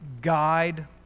guide